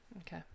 Okay